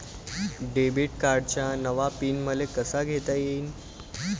Debit कार्डचा नवा PIN मले कसा घेता येईन?